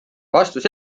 vastus